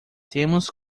temos